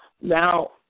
now